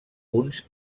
uns